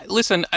listen